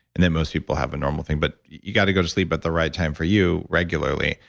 and that most people have a normal thing. but you got to go to sleep at the right time for you regularly.